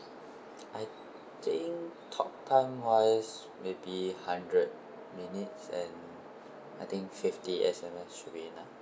I think talk time wise maybe hundred minutes and I think fifty S_M_S should be enough